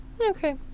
Okay